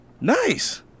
Nice